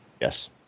Yes